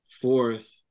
fourth